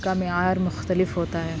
کا معیار مختلف ہوتا ہے